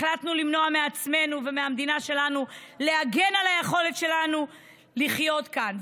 החלטנו למנוע מעצמנו והמדינה שלנו להגן על היכולת שלנו לחיות כאן?